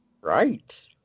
Right